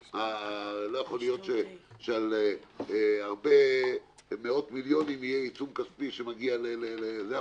לא יכול להיות שעל הרבה מאות מיליונים יהיה עיצום כספי שמגיע לזה,